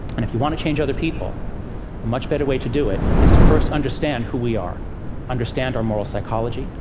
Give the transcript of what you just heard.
and if you want to change other people, a much better way to do it is to first understand who we are understand our moral psychology,